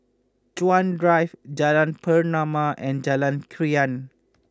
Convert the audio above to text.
Chuan Drive Jalan Pernama and Jalan Krian